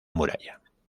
muralla